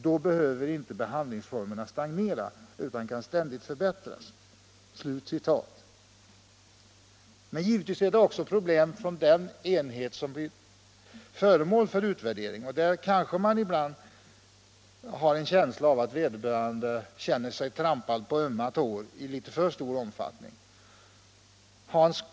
Då behöver inte behandlingsformerna stagnera utan kan ständigt förbättras.” Givetvis har också den enhet som blir föremål för utvärderingen problem. Ibland har man en känsla av att vederbörande där i alltför stor omfattning tycker sig bli trampad på tårna.